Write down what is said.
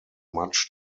much